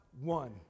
one